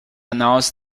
announced